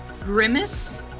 Grimace